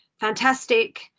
fantastic